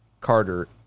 Carter